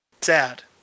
Sad